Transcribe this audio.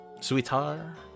Sweetheart